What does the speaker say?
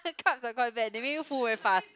carbs are quite bad they make you full very fast